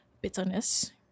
bitterness